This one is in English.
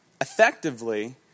effectively